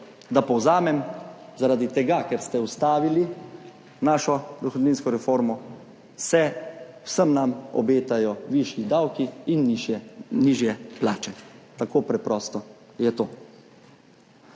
Da povzamem, zaradi tega, ker ste ustavili našo dohodninsko reformo, se vsem nam obetajo višji davki in nižje plače, tako preprosto je to.